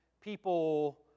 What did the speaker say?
people